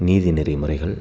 நீதிநெறிமுறைகள்